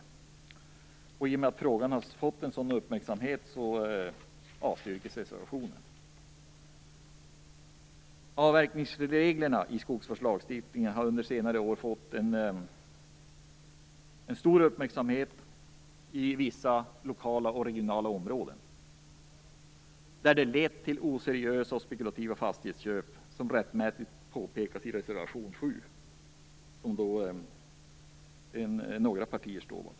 I och med att frågan har fått en sådan uppmärksamhet avstyrkes reservationen. Avverkningsreglerna i skogsvårdslagstiftningen har under senare år fått stor uppmärksamhet i vissa lokala och regionala områden. De har lett till oseriösa och spekulativa fastighetsköp som rättmätigt påpekas i reservation 7, som några partier står bakom.